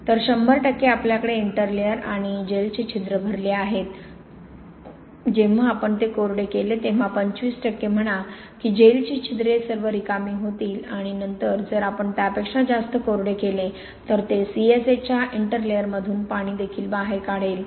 तर 100 टक्के आपल्याकडे इंटरलेयर आणि जेलचे छिद्र भरले आहेत जेव्हा आपण ते कोरडे केले तेव्हा 25 टक्के म्हणा की जेलची छिद्रे सर्व रिकामी होतील आणि नंतर जर आपण त्यापेक्षा जास्त कोरडे केले तर ते CSH च्या इंटरलेअरमधून पाणी देखील बाहेर काढेल